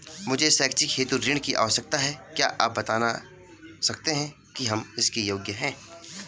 मुझे शैक्षिक हेतु ऋण की आवश्यकता है क्या आप बताना सकते हैं कि हम इसके योग्य हैं?